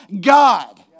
God